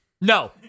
No